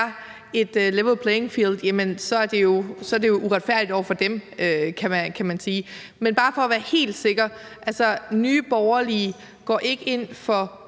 et level playing field, er det jo uretfærdigt over for dem. Men jeg vil bare være helt sikker: Går Nye Borgerlige ikke ind for